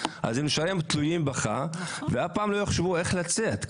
אז הם נשארים תלויים בכך ואף פעם לא יחשבו איך לצאת.